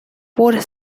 water